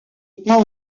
pas